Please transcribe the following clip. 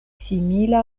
simila